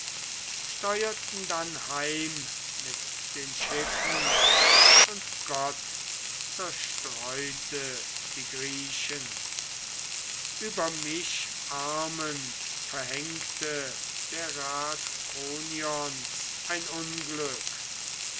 steurten dann heim mit den schiffen und gott zerstreute die griechen über mich armen verhängte der rat kronions ein unglück